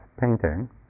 painting